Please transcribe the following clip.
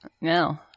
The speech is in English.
No